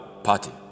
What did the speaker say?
party